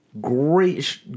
great